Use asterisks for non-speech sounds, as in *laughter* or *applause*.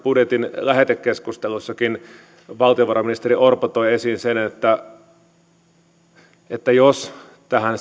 budjetin lähetekeskustelussakin valtiovarainministeri orpo toi esiin sen että että jos tähän *unintelligible*